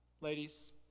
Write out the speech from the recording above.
Ladies